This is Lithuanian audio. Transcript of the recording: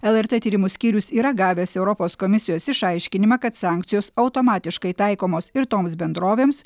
lrt tyrimų skyrius yra gavęs europos komisijos išaiškinimą kad sankcijos automatiškai taikomos ir toms bendrovėms